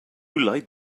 light